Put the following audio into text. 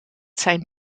zijn